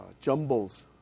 jumbles